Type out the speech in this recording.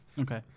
Okay